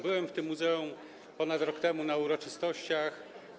Byłem w tym muzeum ponad rok temu na uroczystościach.